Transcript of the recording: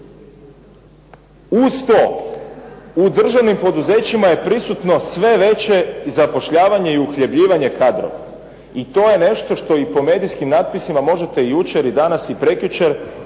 Uz to u državnim poduzećima je prisutno sve veće zapošljavanje i uhljebljivanje kadrova, i to je nešto što i po medijskim napisima možete jučer, danas i prekjučer naći